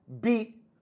beat